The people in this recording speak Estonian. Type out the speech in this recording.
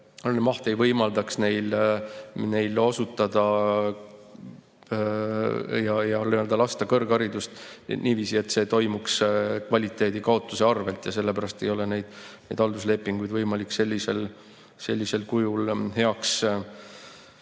maht ei võimaldaks neil [anda] kõrgharidust niiviisi, et see toimuks kvaliteedi kaotuse arvel ja sellepärast ei ole neid halduslepinguid võimalik sellisel kujul heaks